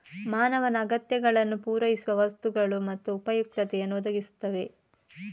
ಮಾನವನ ಅಗತ್ಯಗಳನ್ನು ಪೂರೈಸುವ ವಸ್ತುಗಳು ಮತ್ತು ಉಪಯುಕ್ತತೆಯನ್ನು ಒದಗಿಸುತ್ತವೆ